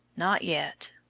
not yet,